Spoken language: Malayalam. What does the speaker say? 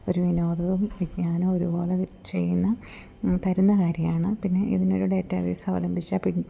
ഒരു വിനോദവും വിജ്ഞാനവും ഒരുപോലെ ചെയ്യുന്ന തരുന്ന കാര്യമാണ് പിന്നെ ഇതിനൊരു ഡേറ്റാബേസ് അവലംബിച്ചാൽ പിന്നെ